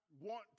want